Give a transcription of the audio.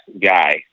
guy